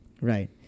Right